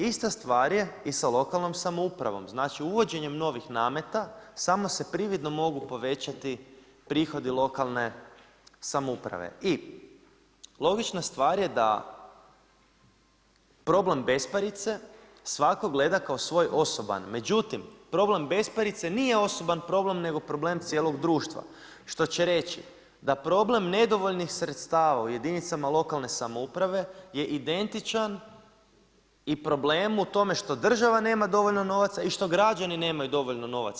Ista stvar je i sa lokalnom samoupravom, znači uvođenjem novih nameta samo se prividno mogu povećati prihodi lokalne samouprave. i logična stvar je da problem besparice svako gleda kao svoj osoban, međutim problem besparice nije osoban problem nego problem cijelog društva, što će reći da problem nedovoljnih sredstava u jedinicama lokalne samouprave je identičan i problemu u tome što država nema dovoljno novaca i što građani nemaju dovoljno novaca.